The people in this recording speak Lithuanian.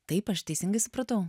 taip aš teisingai supratau